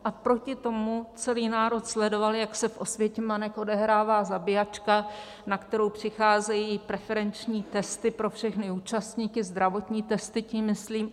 A proti tomu celý národ sledoval, jak se v Osvětimanech odehrává zabíjačka, na kterou přicházejí preferenční testy pro všechny účastníky, zdravotní testy tím myslím.